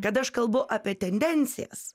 kad aš kalbu apie tendencijas